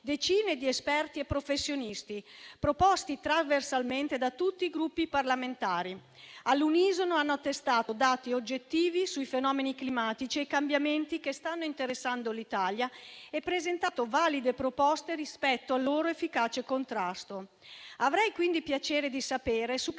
decine di esperti e professionisti, proposti trasversalmente da tutti i Gruppi parlamentari. All'unisono hanno attestato dati oggettivi sui fenomeni climatici e sui cambiamenti che stanno interessando l'Italia e presentato valide proposte rispetto al loro efficace contrasto. Avrei, quindi, piacere di sapere su che